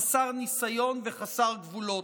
חסר ניסיון וחסר גבולות,